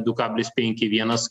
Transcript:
du kablis penki vienas